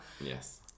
yes